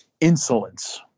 insolence